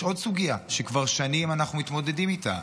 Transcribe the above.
יש עוד סוגיה שכבר שנים אנחנו מתמודדים איתה,